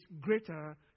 greater